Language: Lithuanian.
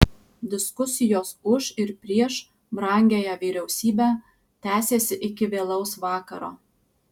diskusijos už ir prieš brangiąją vyriausybę tęsėsi iki vėlaus vakaro